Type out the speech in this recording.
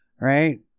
Right